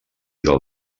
del